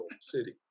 city